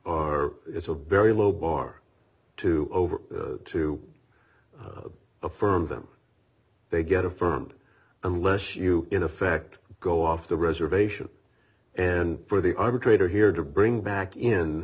are it's a very low bar to over to affirm them they get affirmed unless you in effect go off the reservation and for the arbitrator here to bring back in